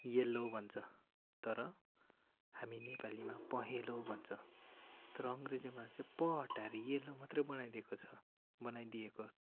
yellow भन्छ तर हामी नेपालीमा पहेँलो भन्छ तर अङ्ग्रेजीमा चाहिँ प हटाएर येल्लो मात्रै बनाइदिएको छ बनाइदिएको